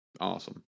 awesome